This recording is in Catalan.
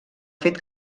fet